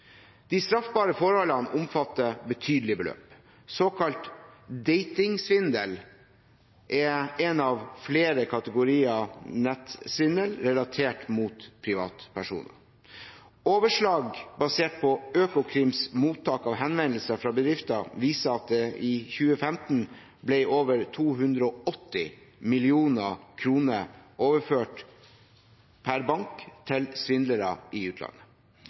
De straffbare forholdene omfatter betydelige beløp. Såkalt datingsvindel er én av flere kategorier nettsvindel relatert til privatpersoner. Overslag basert på Økokrims mottak av henvendelser fra bedrifter viser at i 2015 ble over 280 mill. kr overført per bank til svindlere i utlandet.